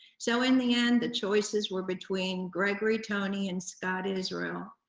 so, in the end the choices were between gregory tony and scott israel.